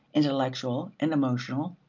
intellectual and emotional,